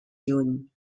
lluny